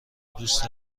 دوست